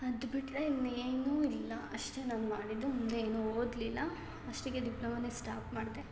ಅದು ಬಿಟ್ರೆ ಇನ್ನೇನೂ ಇಲ್ಲ ಅಷ್ಟೇ ನಾನು ಮಾಡಿದ್ದು ಮುಂದೆ ಏನೂ ಓದಲಿಲ್ಲ ಫಸ್ಟಿಗೆ ಡಿಪ್ಲೊಮೊನೆ ಸ್ಟಾಪ್ ಮಾಡಿದೆ